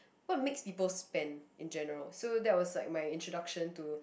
what makes people spend in general so that's was like my introduction to